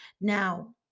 now